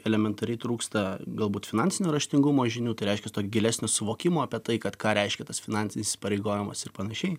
elementariai trūksta galbūt finansinio raštingumo žinių tai reiškias to gilesnio suvokimo apie tai kad ką reiškia tas finansinis įsipareigojimas ir panašiai